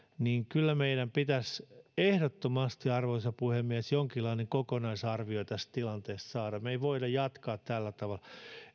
niin kyllä meidän pitäisi ehdottomasti arvoisa puhemies jonkinlainen kokonaisarvio tästä tilanteesta saada me emme voi jatkaa tällä tavalla